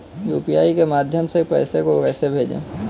UPI के माध्यम से पैसे को कैसे भेजें?